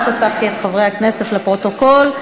והוספתי את חברי הכנסת רק לפרוטוקול.